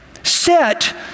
Set